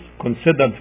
considered